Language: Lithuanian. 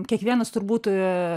kiekvienas turbūt